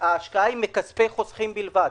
ההשקעה היא מכספי החוסכים בלבד.